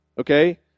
okay